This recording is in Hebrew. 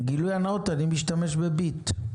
גילוי נאות אני משתמש ב"ביט".